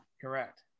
Correct